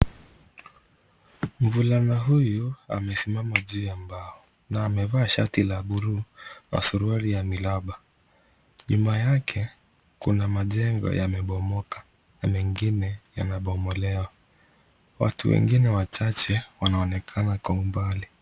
Mvulana huyu amesimama juu ya mbao na amevaa shati la buluu na suruali ya miraba, nyuma yake, kuna majengo yamebomoka na mengine yamebomolewa. Watu wengine wachache wanaonekana kwa umbali.